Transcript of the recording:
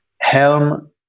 Helm